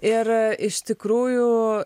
ir iš tikrųjų